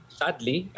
sadly